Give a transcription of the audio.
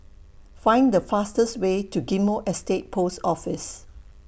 Find The fastest Way to Ghim Moh Estate Post Office